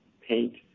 paint